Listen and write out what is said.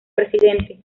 presidente